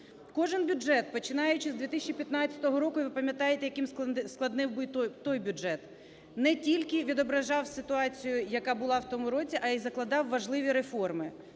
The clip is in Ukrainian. Кожен бюджет, починаючи з 2015 року, і ви пам'ятаєте, яким складним був той бюджет. Не тільки відображав ситуацію, яка була в тому році, а і закладав важливі реформи.